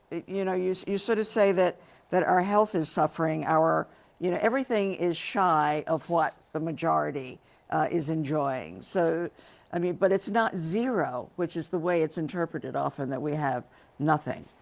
you know, you sort of say that that our health is suffering. our you know, everything is shy of what the majority is enjoying. so i mean but it's not zero which is the way it's interpreted often that we have nothing.